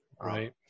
Right